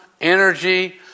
energy